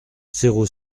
zéro